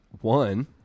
one